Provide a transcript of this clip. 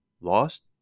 lost